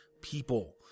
people